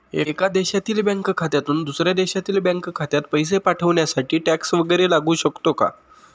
एका देशातील बँक खात्यातून दुसऱ्या देशातील बँक खात्यात पैसे पाठवण्यासाठी टॅक्स वैगरे लागू शकतो का?